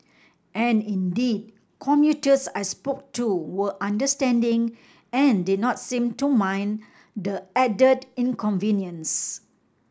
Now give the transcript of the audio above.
and indeed commuters I spoke to were understanding and did not seem to mind the added inconvenience